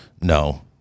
No